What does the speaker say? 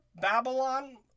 Babylon